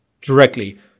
directly